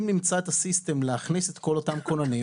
נמצא את ה-system להכניס את כל אותם כוננים,